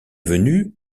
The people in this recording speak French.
venu